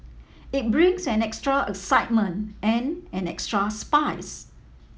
it brings an extra excitement and an extra spice